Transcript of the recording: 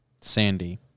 Sandy